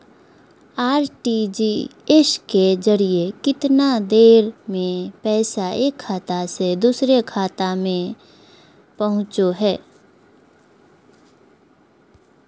RTGS के जरिए कितना देर में पैसा एक खाता से दुसर खाता में पहुचो है?